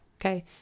Okay